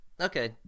Okay